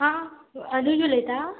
हां अनूज उलयता